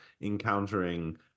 encountering